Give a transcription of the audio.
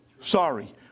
Sorry